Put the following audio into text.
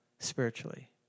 Spiritually